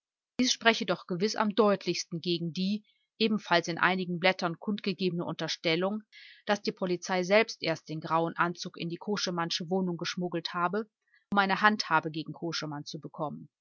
dies spreche doch gewiß am deutlichsten gegen die ebenfalls in einigen blättern kundgegebene unterstellung daß die polizei selbst erst den grauen anzug in die koschemannsche wohnung geschmuggelt habe um eine handhabe gegen koschemann zu bekommen